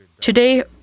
today